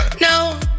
No